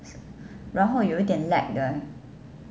然后有点 lag 这样